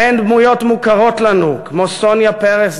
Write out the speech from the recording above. ובהן דמויות מוכרות לנו כמו סוניה פרס,